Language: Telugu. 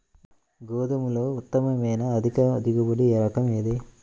గోధుమలలో ఉత్తమమైన అధిక దిగుబడి రకం ఏది?